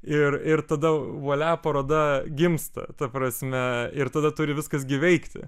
ir ir tada voi la paroda gimsta ta prasme ir tada turi viskas gi veikti